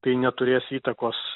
tai neturės įtakos